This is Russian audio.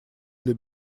для